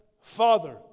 father